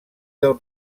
del